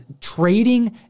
trading